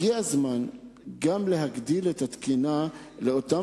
הגיע הזמן גם להגדיל את התקינה לאותם